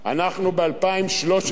אנחנו ב-2013.